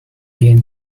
gain